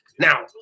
Now